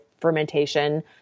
fermentation